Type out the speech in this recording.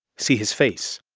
see his face,